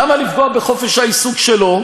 למה לפגוע בחופש העיסוק שלו?